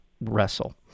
Wrestle